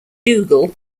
dougal